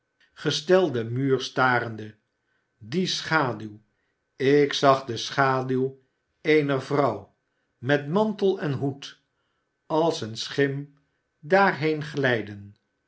tegenovergestelden muur starende die schaduw ik zag de schaduw eener vrouw met mantel en hoed als eene schim daarheen glijden